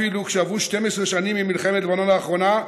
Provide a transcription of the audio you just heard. אפילו כשעברו 12 שנים ממלחמת לבנון האחרונה,